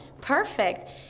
perfect